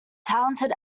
talented